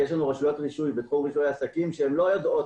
יש לנו רשויות רישוי בתחום רישוי עסקים שהן לא יודעות